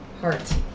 heart